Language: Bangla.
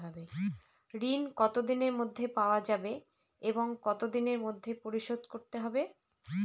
ঋণ কতদিনের মধ্যে পাওয়া যাবে এবং কত দিনের মধ্যে পরিশোধ করতে হবে?